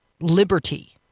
liberty